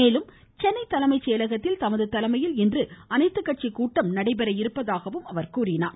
மேலும் சென்னை தலைமை செயலகத்தில் தமது தலைமையில் இன்று அனைத்து கட்சி கூட்டம் நடைபெற உள்ளதாக கூறினார்